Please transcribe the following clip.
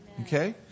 okay